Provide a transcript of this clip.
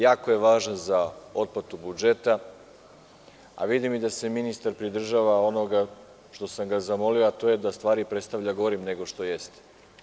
Jako je važan za otplatu budžeta, a vidim da se i ministar pridržava onoga što sam ga zamolio, a to je da stvari predstavlja gorim nego što jeste.